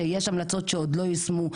שיש המלצות שעוד לא יושמו.